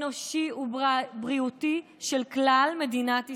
אנושי ובריאותי של כלל מדינת ישראל.